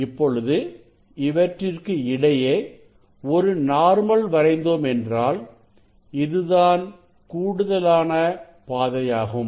இப்பொழுது இவற்றிற்கிடையே ஒரு நார்மல் வரைந்தோம் என்றால் இதுதான் கூடுதலான பாதையாகும்